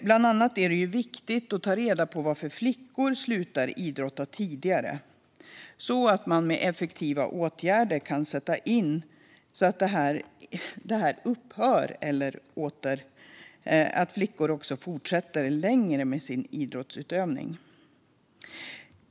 Bland annat är det viktigt att ta reda på varför flickor slutar idrotta tidigare så att effektiva åtgärder kan sättas in så att flickor fortsätter längre med sin idrottsutövning.